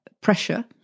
pressure